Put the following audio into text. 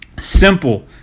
Simple